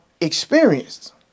experienced